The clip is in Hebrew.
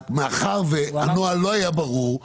מאחר והנוהל לא היה ברור,